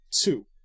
Two